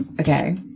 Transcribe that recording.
Okay